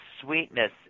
sweetness